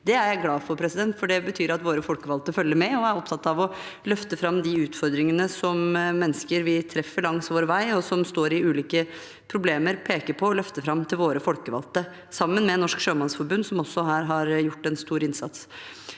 alderdom glad for, for det betyr at våre folkevalgte følger med og er opptatte av å løfte fram de utfordringene mennesker vi treffer langs vår vei, og som står i ulike problemer, peker på og løfter fram til våre folkevalgte – sammen med Norsk Sjømannsforbund, som også her har gjort en stor innsats.